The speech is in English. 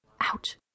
Ouch